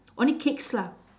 only cakes lah